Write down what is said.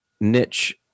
niche